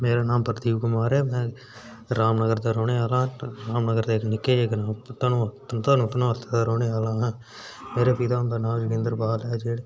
मेरा नांऽ प्रदीप कुमार ऐ में रामनगर दा रौंह्ने आह्ला आं रामनगर दे इक निक्के दे ग्रांऽ धनु धनोत दा रौंह्ने आह्ला आं मेरे पिता हुंदा नांऽ जोगिन्द्र पाल ऐ जेह्ड़े